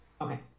Okay